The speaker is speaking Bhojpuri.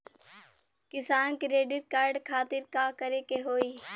किसान क्रेडिट कार्ड खातिर का करे के होई?